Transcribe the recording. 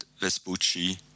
Vespucci